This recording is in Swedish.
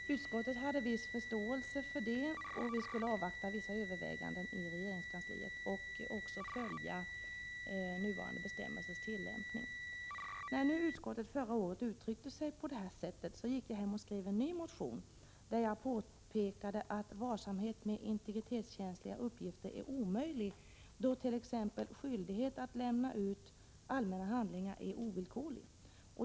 Utskottet hade viss förståelse för detta, och vi skulle avvakta vissa överväganden i regeringskansliet samt följa tillämpningen av nuvarande bestämmelser. Efter det att utskottet förra året hade uttryckt sig på det här sättet gick jag hem och skrev en ny motion, där jag påpekade att varsamhet med integritetskänsliga uppgifter är omöjlig då t.ex. skyldighet att lämna ut allmänna handlingar är ovillkorlig.